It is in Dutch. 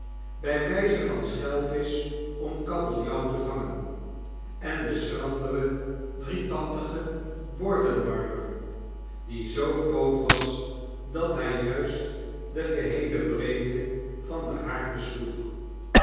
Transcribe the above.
bij wyze van schelvisch om kabeljauw te vangen en de schrandere driekantige bordenwarmer die zoo groot was dat hy juist de geheele breedte van den haard besloeg